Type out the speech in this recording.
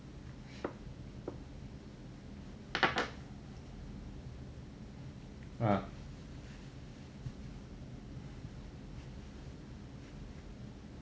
ah